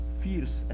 fierce